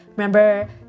Remember